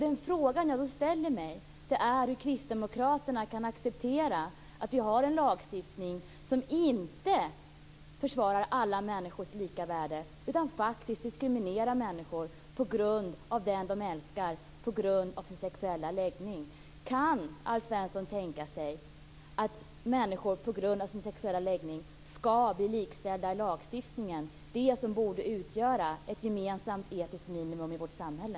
Den fråga som jag då ställer mig är hur Kristdemokraterna kan acceptera att vi har en lagstiftning som inte försvarar alla människors lika värde utan som faktiskt diskriminerar människor på grund av den de älskar, på grund av deras sexuella läggning. Kan Alf Svensson tänka sig att människor på grund av sin sexuella läggning skall bli likställda i lagstiftningen - alltså det som borde utgöra ett gemensam etiskt minimum i vårt samhälle?